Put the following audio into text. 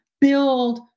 build